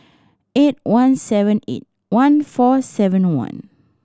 eight one seven eight one four seven one